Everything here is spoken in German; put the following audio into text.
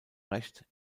recht